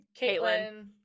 caitlin